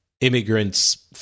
immigrants